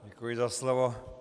Děkuji za slovo.